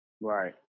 Right